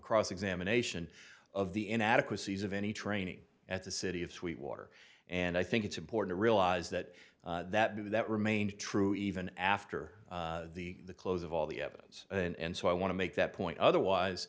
cross examination of the inadequacies of any training at the city of sweet water and i think it's important to realize that that do that remains true even after the close of all the evidence and so i want to make that point otherwise